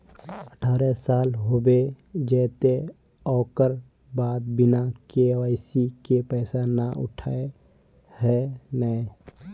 अठारह साल होबे जयते ओकर बाद बिना के.वाई.सी के पैसा न उठे है नय?